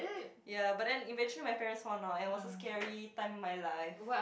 ya but then eventually my parent found out and was a scary time my life